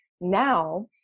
now